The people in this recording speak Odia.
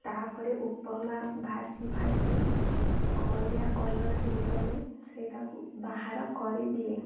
ତା'ପରେ ଉପମା ଭାଜି ଭାଜି ଖଇରିଆ କଲର୍ ହେଇଗଲେ ସେଇଟାକୁ ବାହାର କରିଦିଏ